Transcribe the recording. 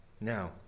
Now